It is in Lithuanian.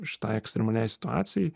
šitai ekstremaliai situacijai